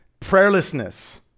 prayerlessness